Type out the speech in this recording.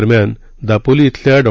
दरम्यान दापोली बेल्या डॉ